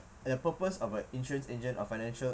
the purpose of a insurance agent or financial